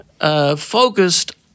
focused